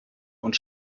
und